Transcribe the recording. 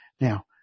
Now